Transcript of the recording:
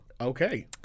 Okay